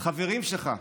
חברים שלך,